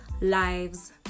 lives